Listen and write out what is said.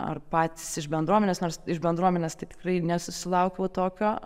ar patys iš bendruomenės nors iš bendruomenės tai tikrai nesusilaukiau tokio